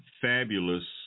fabulous